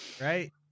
right